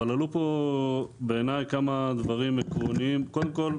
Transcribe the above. אבל עלו פה בעיניי, כמה דברים עקרוניים, קודם כל,